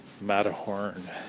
Matterhorn